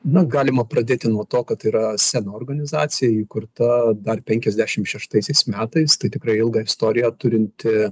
na galima pradėti nuo to kad tai yra sena organizacija įkurta dar penkiasdešim šeštaisiais metais tai tikrai ilgą istoriją turinti